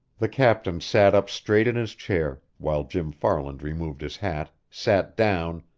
the captain sat up straight in his chair, while jim farland removed his hat, sat down,